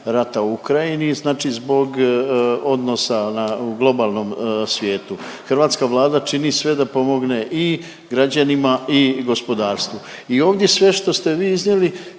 Hrvatska Vlada čini sve da pomogne i građanima i gospodarstvu i ovdje sve što ste vi iznijeli